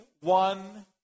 one